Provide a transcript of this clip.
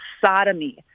sodomy